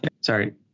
Sorry